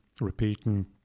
repeating